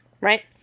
Right